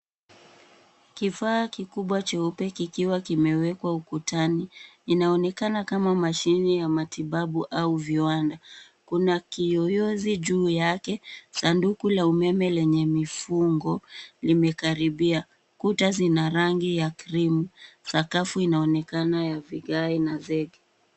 Kifaa kikubwa cheupe kikiwa kimewekwa ukutani. Inaonekana kama mashine ya utibabu au viwanda. Kuna kiyoyozi juu yake, sanduku la umeme lenye mifungo limekaribia. Kuta zina rangi ya krimu, sakafu inaonekana ya vigae na zege.